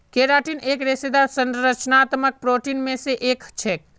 keratin एक रेशेदार संरचनात्मक प्रोटीन मे स एक छेक